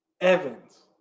Evans